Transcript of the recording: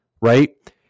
right